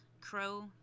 crow